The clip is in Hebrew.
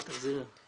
משהו מאוד יפה.